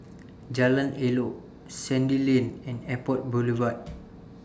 Jalan Elok Sandy Lane and Airport Boulevard